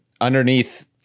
underneath